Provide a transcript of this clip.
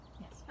Yes